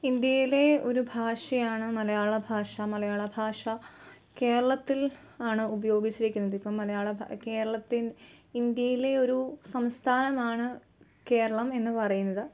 ഇന്ത്യയിലെ ഒരു ഭാഷയാണ് മലയാള ഭാഷ മലയാള ഭാഷ കേരളത്തിൽ ആണ് ഉപയോഗിച്ചിരിക്കുന്നത് ഇപ്പോള് മലയാള കേരളത്തിൽ ഇന്ത്യയിലെ ഒരു സംസ്ഥാനമാണ് കേരളം എന്ന് പറയുന്നത്